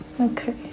Okay